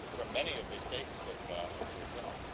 from many of the states of of brazil.